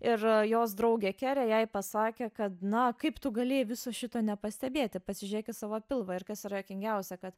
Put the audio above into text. ir jos draugė kerė jai pasakė kad na kaip tu galėjai viso šito nepastebėti pasižiūrėk į savo pilvą ir kas yra juokingiausia kad